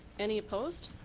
any opposed?